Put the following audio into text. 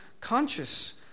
conscious